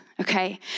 okay